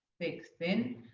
thick, thin,